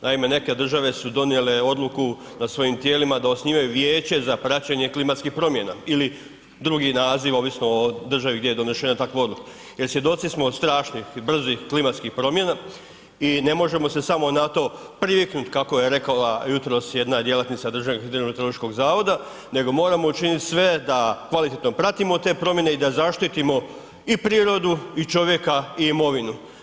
Naime, neke države su donijele odluku da svojim tijelima da osnivaju vijeće za praćenje klimatskih promjena ili drugi naziv ovisno o državi gdje je donešena takva odluka, jer svjedoci smo od strašnih i brzih klimatskih promjena i ne možemo se samo na to priviknuti kako je rekla jutros jedna djelatnica Državnog hidrometeorološkog zavoda nego moramo učiniti sve da kvalitetno pratimo te promjene i da zaštitimo i prirodu i čovjeka i imovinu.